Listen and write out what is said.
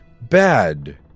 bad